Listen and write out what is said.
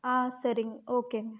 ஆ சரிங்க ஓகேங்க